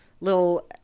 little